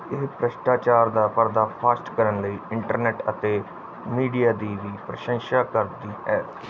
ਇਹ ਭ੍ਰਿਸ਼ਟਾਚਾਰ ਦਾ ਪਰਦਾਫਾਸ਼ ਕਰਨ ਲਈ ਇੰਟਰਨੈੱਟ ਅਤੇ ਮੀਡੀਆ ਦੀ ਵੀ ਪ੍ਰਸ਼ੰਸਾ ਕਰਦੀ ਹੈ